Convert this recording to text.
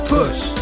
Push